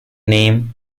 name